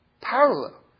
parallel